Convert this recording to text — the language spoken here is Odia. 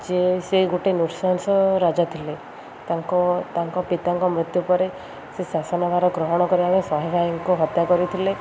ଯିଏ ସେ ଗୋଟେ ନୃଶଂସ ରାଜା ଥିଲେ ତାଙ୍କ ତାଙ୍କ ପିତାଙ୍କ ମୃତ୍ୟୁ ପରେ ସେ ଶାସନଭାର ଗ୍ରହଣ କରିବା ପାଇଁ ଶହେ ଭାଇଙ୍କୁ ହତ୍ୟା କରିଥିଲେ